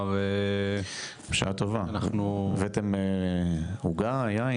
כלומר -- בשעה טובה, הבאתם עוגה, יין?